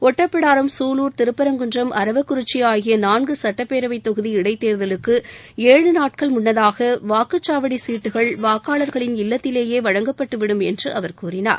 ஒட்டப்பிடாரம் சூலூர் திருப்பரங்குன்றம் அரவக்குறிச்சி ஆகிய நான்கு சட்டப்பேரவை தொகுதி இடைத் தேர்தலுக்கு ஏழு நாட்கள் முன்னதாக வாக்குச்சாவடி சீட்டுகள் வாக்காளர்களின் இல்லத்திலேயே வழங்கப்பட்டு விடும் என்று அவர் கூறினார்